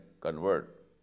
convert